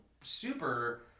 super